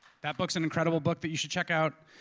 that book's an incredible book that you should check out.